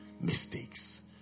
mistakes